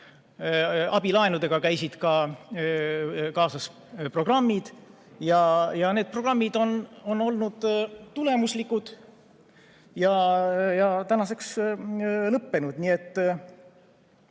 Abilaenudega käisid kaasas programmid ja need programmid on olnud tulemuslikud ja tänaseks lõppenud. Nii et